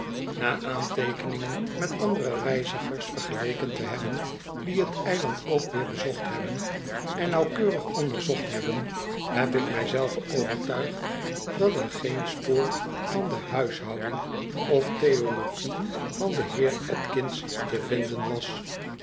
na aanteekeningen met andere reizigers vergeleken te hebben die het eiland ook weer bezocht hebben en nauwkeurig onderzocht hebben heb ik mij zelven overtuigd dat er geen spoor van de huishouding of theologie van den heer atkins te vinden was